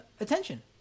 attention